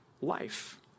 life